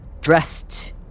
dressed